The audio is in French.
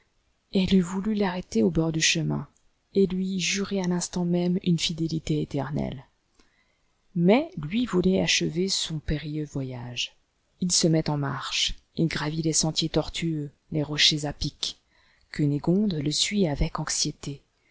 elle eût voulu l'arrêter au bord du chemin et lui jurer à l'instant même une fidélité éternelle mais lui voulait achever son périlleux voyage il se met en marche il gravit les sentiers tortueux les rochers à pic cunégonde le suit avec anxiété